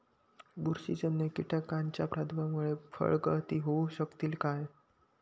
बुरशीजन्य कीटकाच्या प्रादुर्भावामूळे फळगळती होऊ शकतली काय?